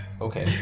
Okay